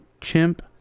chimp